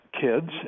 kids